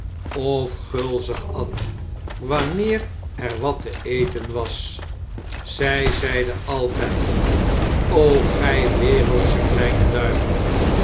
of gulzig at wanneer er wat te eten was zij zeide altijd gij wereldsche kleine duivefr